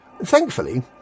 Thankfully